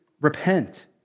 repent